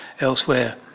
elsewhere